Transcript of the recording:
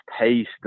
taste